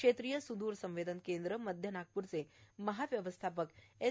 क्षेत्रिय सुद्र संवेदन केंद्र मध्य नागप्रचे महाव्यवस्थापक एस